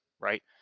right